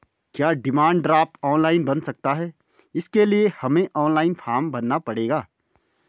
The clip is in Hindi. क्या डिमांड ड्राफ्ट ऑनलाइन बन सकता है इसके लिए हमें ऑनलाइन फॉर्म भरना पड़ेगा?